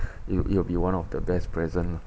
it it will be one of the best present